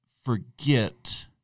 forget